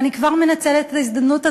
ואני כבר מנצלת את ההזדמנות,